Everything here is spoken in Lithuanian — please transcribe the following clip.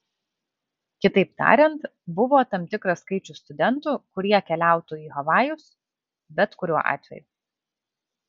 kitaip tariant buvo tam tikras skaičius studentų kurie keliautų į havajus bet kuriuo atveju